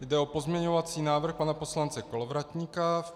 Jde o pozměňovací návrh pana poslance Kolovratníka.